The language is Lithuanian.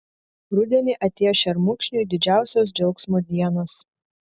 rudenį atėjo šermukšniui didžiausios džiaugsmo dienos